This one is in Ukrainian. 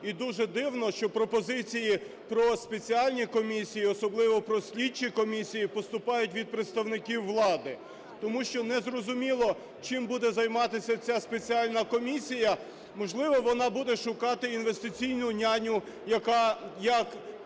І дуже дивно, що пропозиції про спеціальні комісії, особливо про слідчі комісії, поступають від представників влади, тому що незрозуміло, чим буде займатися ця спеціальна комісія. Можливо, вона буде шукати інвестиційну няню, яка як